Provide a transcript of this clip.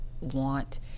want